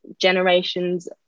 generations